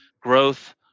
growth